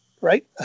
right